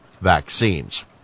vaccines